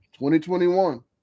2021